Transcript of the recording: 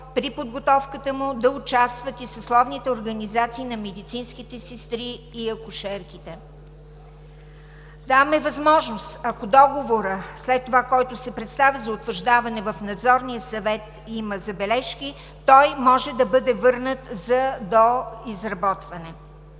при подготовката му да участват и съсловните организации на медицинските сестри и акушерките. Даваме възможност, ако договорът след това, който се представя за утвърждаване в Надзорния съвет и има забележки, той може да бъде върнат за доизработване.